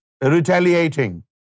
retaliating